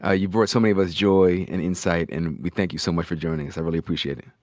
ah you brought so many of us joy and insight, and we thank you so much for joining us. i really appreciate it.